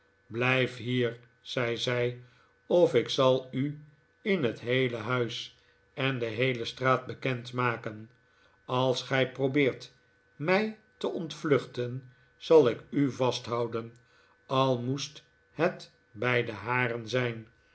blijf hier zei zij of ik zal u in het heele huis en de heele straat bekend maken als gij probeert m ij te ontvluchten zal ik u vasthouden al moest het bij de haren zijn